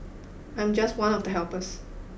I'm just one of the helpers